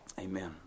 Amen